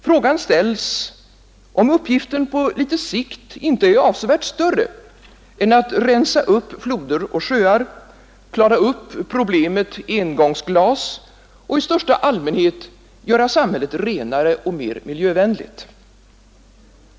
Frågan ställs, om uppgiften på litet sikt inte är avsevärt större än att rensa upp floder och sjöar, klara upp problemet engångsglas och i största allmänhet göra samhället renare och mer miljövänligt.